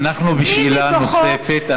אנחנו בשאלה נוספת,